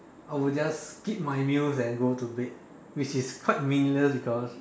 I would just skip my meals and go to bed which is quite meaningless because